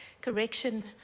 Correction